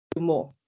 more